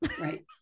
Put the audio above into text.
Right